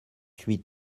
huit